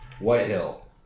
Whitehill